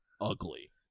ugly